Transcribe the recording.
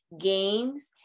games